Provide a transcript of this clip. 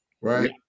right